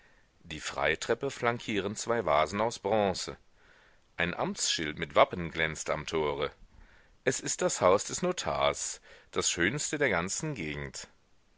die freitreppe flankieren zwei vasen aus bronze ein amtsschild mit wappen glänzt am tore es ist das haus des notars das schönste der ganzen gegend